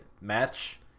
Match